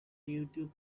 youtube